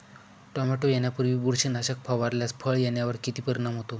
Tomato येण्यापूर्वी बुरशीनाशक फवारल्यास फळ येण्यावर किती परिणाम होतो?